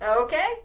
Okay